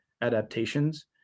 adaptations